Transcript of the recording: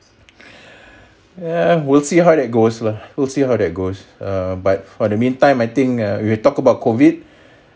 yeah we'll see how that goes lah we'll see how that goes uh but for the meantime I think err we will talk about COVID